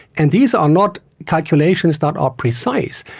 and these are not calculations that are precise.